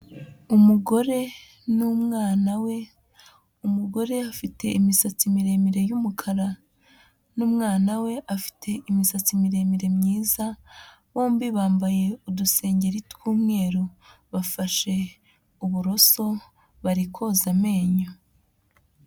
Umugore n'umwana we, umugore afite imisatsi miremire y'umukara n'umwana we afite imisatsi miremire myiza, bombi bambaye udusengeri tw'umweru bafashe uburoso bari koza amenyo.